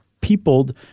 peopled